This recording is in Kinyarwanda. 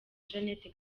jeannette